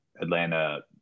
Atlanta